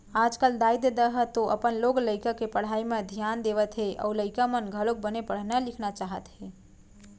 आजकल दाई ददा ह तो अपन लोग लइका के पढ़ई म धियान देवत हे अउ लइका मन घलोक बने पढ़ना लिखना चाहत हे